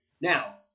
now